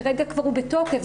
כרגע, הוא כבר בתוקף.